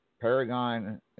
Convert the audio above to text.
Paragon